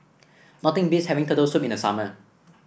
nothing beats having Turtle Soup in the summer